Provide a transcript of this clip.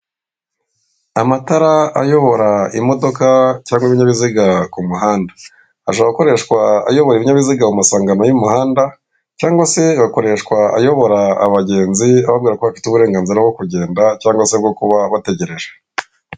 Amatara ayobora imodoka cyangwa ibinyabiziga ku muhanda ashobora gukoreshwa ayobora ibinyabiziga mu masangano y'umuhanda cg se agakoreshwa ayobora abagenzi ababwira ko afite uburenganzira bwo kugenda cyangwa se kuba bategereje.